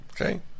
Okay